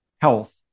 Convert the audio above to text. health